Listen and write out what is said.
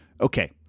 Okay